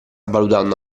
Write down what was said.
valutando